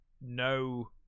no